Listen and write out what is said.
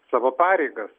savo pareigas